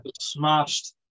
smashed